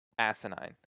asinine